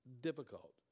difficult